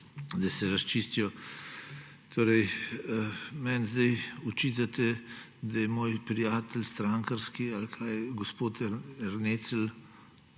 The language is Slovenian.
da se razčistijo. Meni zdaj očitate, da je moj prijatelj strankarski ali kaj, gospod Ernecl.